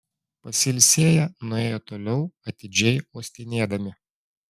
pasilsėję nuėjo toliau atidžiai uostinėdami